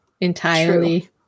entirely